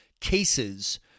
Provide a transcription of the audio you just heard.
cases